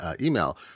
email